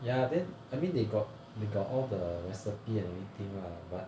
yeah then I mean they got they got all the recipe and everything lah but